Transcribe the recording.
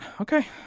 Okay